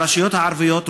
הרשויות הערביות,